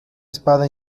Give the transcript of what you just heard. espada